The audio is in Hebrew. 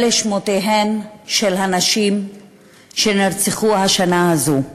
אלה שמותיהן של הנשים שנרצחו השנה הזאת.